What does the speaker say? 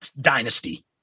Dynasty